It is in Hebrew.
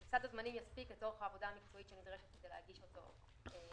שסד הזמנים יספיק לצורך העבודה המקצועית שנדרשת כדי להגיש אותו במועד.